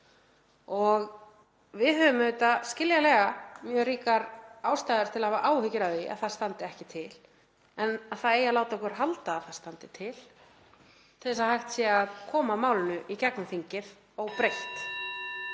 Við höfum skiljanlega mjög ríkar ástæður til að hafa áhyggjur af því að það standi ekki til en að það eigi að láta okkur halda að það standi til að hægt sé að koma málinu í gegnum þingið óbreyttu.